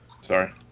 Sorry